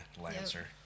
Lancer